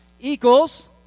equals